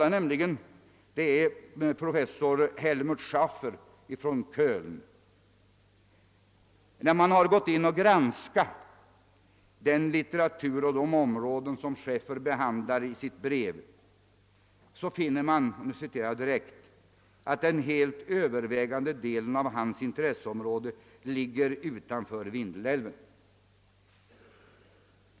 Det är professor Helmut Schaefer från Köln, och när man granskar den litteratur och det område som Schaefer behandlar, så finner man att den helt övervägande delen av hans intresseområde ligger utanför Vindelälven.